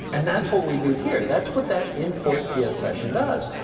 and that's what we do here. that's what that import ps session does.